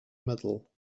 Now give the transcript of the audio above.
medal